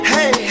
Hey